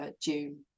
June